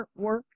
artwork